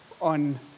on